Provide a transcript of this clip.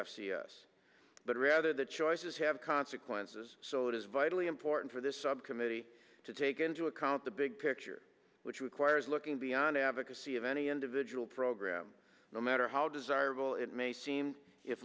f c s but rather the choices have consequences so it is vitally important for this subcommittee to take into account the big picture which requires looking beyond advocacy of any individual program no matter how desirable it may seem if